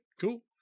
Cool